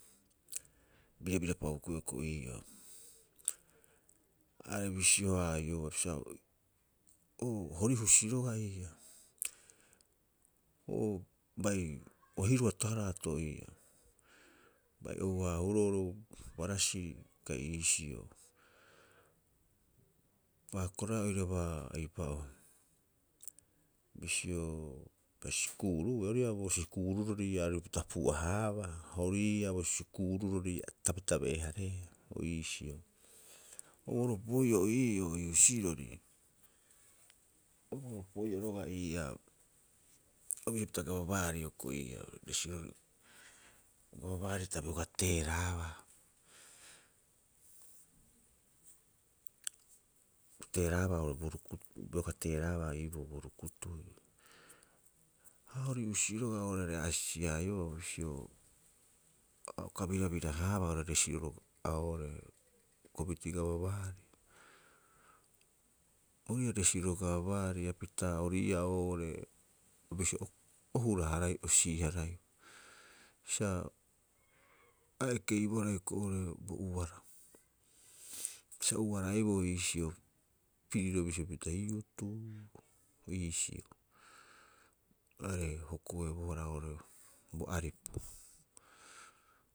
Birabira'upa hukuiia hioko'i ii'aa. Are bisio- haa'ioba sa u'uu hori husi roga'a ii'aa. Oo bai o hiruato- haraato ii'aa, bai ou- haahuroo ro barasiri kai iisio. Paakoraea oiraba eipa'oo bisio sikuuru bei ori ii'aa aripupita pu'a- haaba, ha ori ii'aa bo sikuururori ia tabetabe'e- hareea o iisio. Oira o ii'oo ii husirori, o bo opoi'oo roga'a ii'aa, o bisio pita gavamant hioko'i iiraa gavamant ta bioga teera'abaa. A o teera'abaa oo'ore bo rukutu bioga teera'abaa iiboo bo rukutui. Ha hori husi roga'a oo'ore a re'asi- haa'iobaa bisio, a uka birabira- haaba oira nasinol, a oo'ore komuniti gavamant. Oira nasinol gavamant hapita pita ori ii'aa oo'ore, o bisio o hura- haraiiu, o si'i- haraiiu sa a ekeibohara oo'ore hioko'i oo'ore bo ubara sa o ubaraiboo. Sa ubaraiboo iisio piriro bisio pita o iisio. Are hokoebohara oo'ore bo aripu.